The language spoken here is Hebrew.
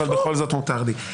-- אבל בכל זאת מותר לי.